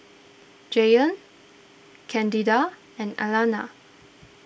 Jaylon Candida and Alanna